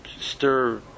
stir